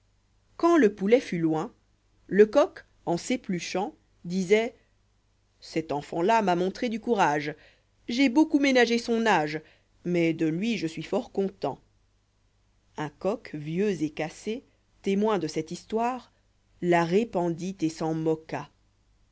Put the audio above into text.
quand le poulet fût loin le'coq en s'épluchânc fdisoit cet enfant-là m'a montré du courage j j'ai beaucoup ménagé son âge mais de lui je suis fort content ïjn coq vieux et cassé témoin de cette histoirela répandit et s'en moqua